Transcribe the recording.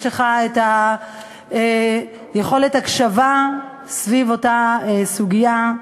יש לך יכולת הקשבה סביב אותה סוגיה.